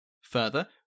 Further